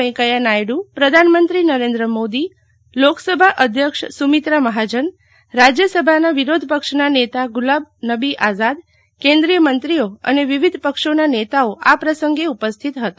વૈ કેં યા નાયડુ પ્રધાનમંત્રી નરેન્દ્ર મો દી લો કસભા અધ્યક્ષ સુમિત્રા મહાજન રાજ્યસભામાં વિરા ેધપક્ષના ને તા ગુલાબ નબી આઝાદ કેન્દ્રીય મંત્રીઓ અને વિવિધ પક્ષો ના ને તાઓ આ પ્રસંગે ઉપસ્થિત હતા